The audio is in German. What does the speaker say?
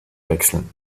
wechseln